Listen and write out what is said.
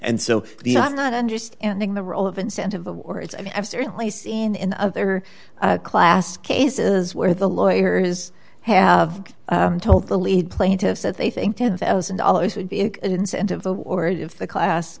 and so i'm not understanding the role of incentive or it's i've certainly seen in other class cases where the lawyers have told the lead plaintiffs that they think ten thousand dollars would be an incentive or if the class